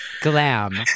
glam